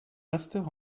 master